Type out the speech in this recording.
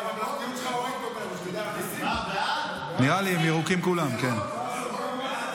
ההצעה להעביר את הצעת חוק שירות אזרחי (תיקון מס' 5),